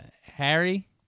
Harry